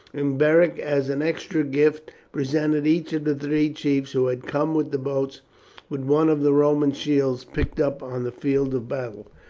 and beric, as an extra gift, presented each of the three chiefs who had come with the boats with one of the roman shields, picked up on the field of battle.